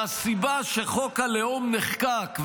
והסיבה שחוק הלאום נחקק,